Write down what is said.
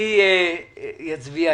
אני אצביע.